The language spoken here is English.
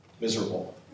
miserable